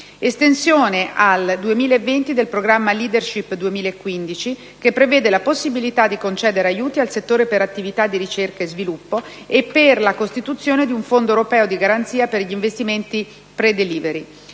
l'estensione al 2020 del programma "Leadership 2015", che prevede la possibilità di concedere aiuti al settore per attività di ricerca e sviluppo e per la costituzione di un fondo europeo di garanzia per gli investimenti pre-*delivery*;